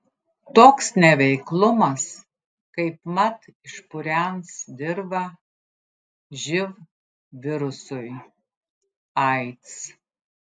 toks neveiklumas kaipmat išpurens dirvą živ virusui aids